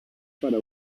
para